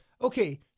okay